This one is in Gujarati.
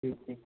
હં હં